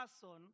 person